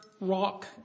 rock